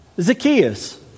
Zacchaeus